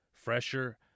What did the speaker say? fresher